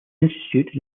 institute